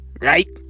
right